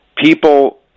People